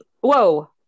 Whoa